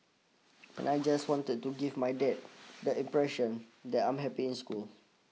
and I just wanted to give my dad the impression that I'm happy in school